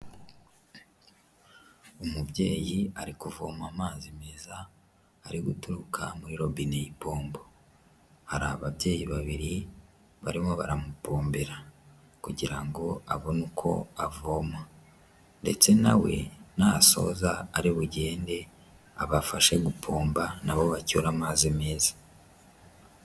Umubyeyi ari kuvoma amazi meza ari guturuka muri robine y'ipombo, hari ababyeyi babiri barimo baramupombera kugira ngo abone uko avoma ndetse nawe nasoza ari bugende abafashe gupomba nabo bacyure amazi meza.